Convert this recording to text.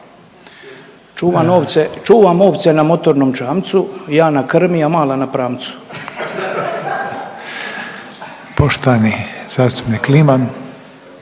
čuvam ovce na motornom čamcu, ja na krmi, a mala na pramcu. **Reiner,